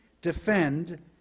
defend